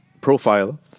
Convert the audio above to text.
profile